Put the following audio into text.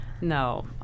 no